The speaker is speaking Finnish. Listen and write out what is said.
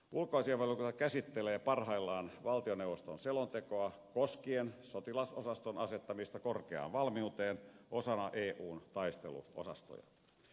ulkoasiainvaliokunta käsittelee parhaillaan valtioneuvoston selontekoa koskien sotilasosaston asettamista korkeaan valmiuteen osana eun taisteluosastoja